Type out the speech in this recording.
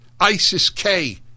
ISIS-K